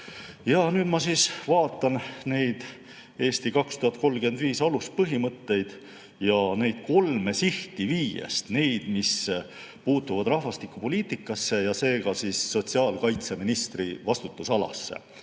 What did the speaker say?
Ja nüüd ma siis vaatan neid "Eesti 2035" aluspõhimõtteid ja kolme sihti viiest. Neid, mis puutuvad rahvastikupoliitikasse ja seega sotsiaalkaitseministri vastutusalasse.